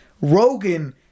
Rogan